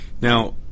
Now